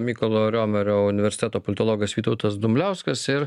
mykolo riomerio universiteto politologas vytautas dumbliauskas ir